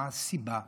מה הסיבה?